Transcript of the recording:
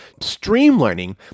streamlining